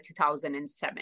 2007